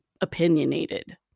opinionated